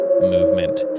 movement